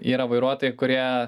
yra vairuotojai kurie